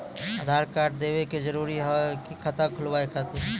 आधार कार्ड देवे के जरूरी हाव हई खाता खुलाए खातिर?